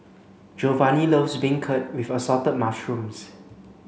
Giovanni loves beancurd with assorted mushrooms